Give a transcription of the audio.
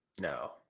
No